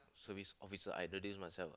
service officer I do this myself